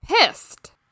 pissed